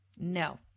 No